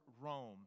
Rome